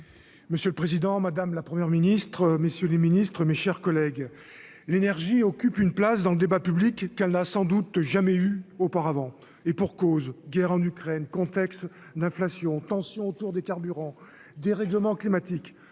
Monsieur le Président Madame la première ministre, messieurs les ministres, mes chers collègues, l'énergie, occupe une place dans le débat public, qu'elle n'a sans doute jamais eu auparavant et pour cause : guerre en Ukraine contexte d'inflation tensions autour des carburants dérèglement climatique